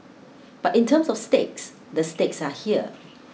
but in terms of stakes the stakes are here